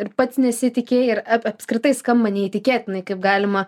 ir pats nesitikėjai ir apskritai skamba neįtikėtinai kaip galima